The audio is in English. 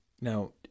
now